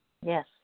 Yes